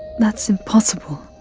that's impossible.